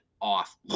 off